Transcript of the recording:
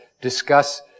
discuss